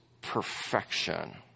perfection